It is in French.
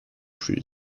plus